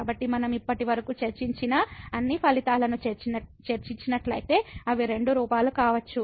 కాబట్టి మనం ఇప్పటివరకు చర్చించిన అన్ని ఫలితాలను చేర్చినట్లయితే అవి రెండు రూపాలు కావచ్చు